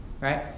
Right